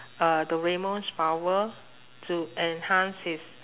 uh doraemon's power to enhance his